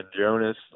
Jonas